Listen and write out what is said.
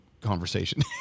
conversation